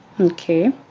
Okay